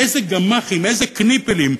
איזה גמ"חים, איזה "קניפלים"?